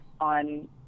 on